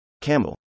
CAMEL